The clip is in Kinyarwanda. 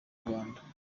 rwanda